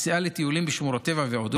יציאה לטיולים בשמורות טבע ועוד.